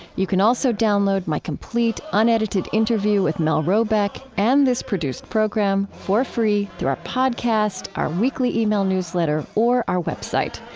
you can also download my complete unedited interview with mel robeck and this produced program for free through our podcast, our weekly e-mail newsletter, or our web site.